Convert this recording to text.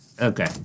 okay